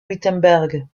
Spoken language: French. wittenberg